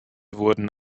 wurden